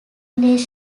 discovered